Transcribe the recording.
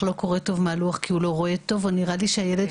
יודע לקרוא או לא מצליח במשהו אחר ומציעות